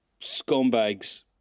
scumbags